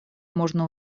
можно